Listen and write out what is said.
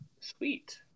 Sweet